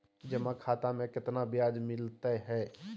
जमा खाता में केतना ब्याज मिलई हई?